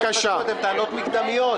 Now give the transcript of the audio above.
יש לי קודם טענות מקדמיות.